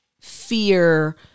fear